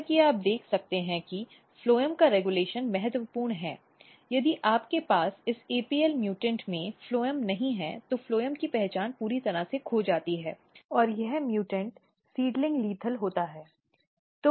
जैसा कि आप देख सकते हैं कि फ्लोएम का रेगुलेशन महत्वपूर्ण है यदि आपके पास इस apl म्यूटेंट में फ्लोएम नहीं है तो फ्लोएम की पहचान पूरी तरह से खो जाती है और यह म्युटेंट सीडलिंग घातक होता है